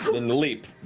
and leap.